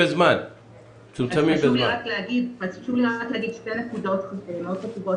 חשוב לי רק להגיד שתי נקודות מאוד חשובות.